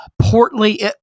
portly